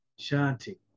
Shanti